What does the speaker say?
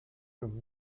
from